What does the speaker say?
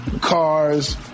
cars